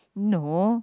no